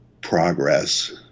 progress